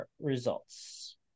results